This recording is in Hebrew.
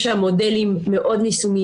יש שם מודלים מאוד יישומיים,